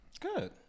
Good